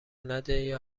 نده